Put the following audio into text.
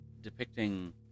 depicting